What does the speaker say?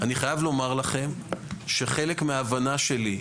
אני חייב לומר לכם שחלק מההבנה שלי,